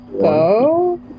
go